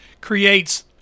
creates